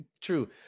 True